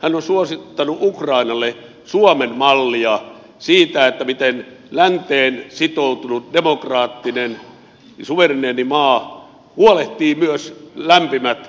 hän on suosittanut ukrainalle suomen mallia siitä miten länteen sitoutunut demokraattinen suvereeni maa huolehtii myös lämpimistä